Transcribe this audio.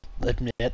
admit